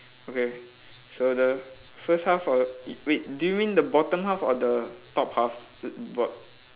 okay so the first half of wait do you mean the bottom half or the top half err bot~